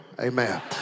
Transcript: Amen